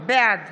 בעד